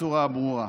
בצורה ברורה.